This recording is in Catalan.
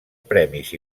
premis